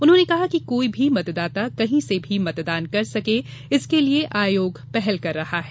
उन्होंने कहा कि कोई भी मतदाता कहीं से भी मतदान कर सकें इसके लिए आयोग पहल कर रहा है